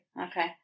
Okay